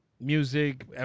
Music